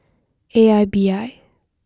A I B I